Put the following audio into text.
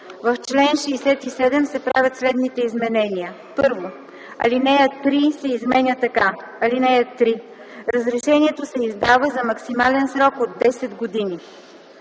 В чл. 67 се правят следните изменения: 1. Алинея 3 се изменя така: „(3) Разрешението се издава за максимален срок от 10 години.”